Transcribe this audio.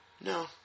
No